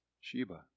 Sheba